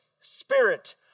spirit